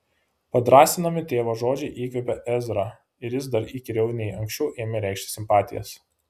padrąsinami tėvo žodžiai įkvėpė ezrą ir jis dar įkyriau nei anksčiau ėmė reikšti simpatijas